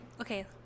okay